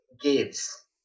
gives